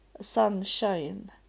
sunshine